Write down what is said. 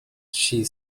she